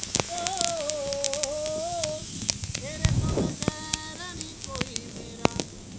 ओ तेरे तो बगैर नि कोई मेरा